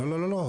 לא, לא.